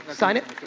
sign it.